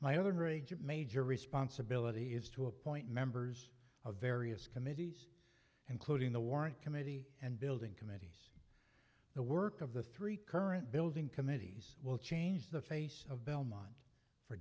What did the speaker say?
my other three major responsibility is to appoint members of various committees and closing the warrant committee and building committees the work of the three current building committees will change the face of belmont for